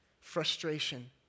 frustration